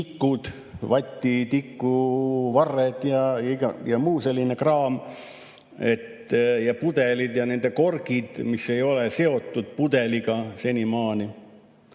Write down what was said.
tikud, vatitikuvarred ja muu selline kraam, või pudelid ja nende korgid, mis ei ole pudeliga senimaani